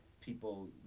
people